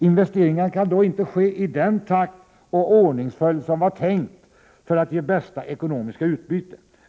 Investeringarna kan då inte ske i den takt och ordningsföljd som var tänkt för att ge bästa ekonomiska utbyte.